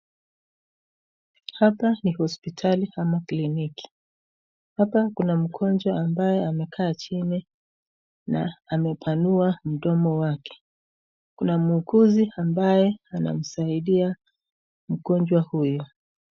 Hapa ni hospitali ama kliniki, hapa kuna mgonjwa ambaye amekaa chini na amepanua mdomo wake, kuna muuguzi ambaye anamsaidia mgonjwa huyu.